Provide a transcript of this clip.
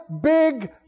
big